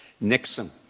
Nixon